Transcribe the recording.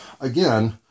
again